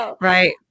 Right